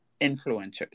influencers